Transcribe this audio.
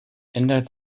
ändert